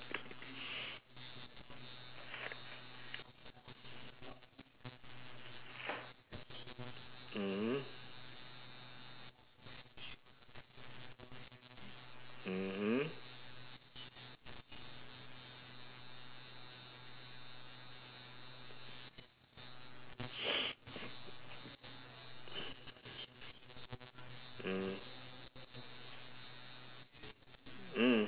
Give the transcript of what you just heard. mmhmm mmhmm mm mm